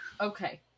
Okay